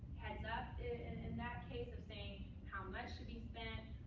heads-up, in in that case, of saying how much should be spent.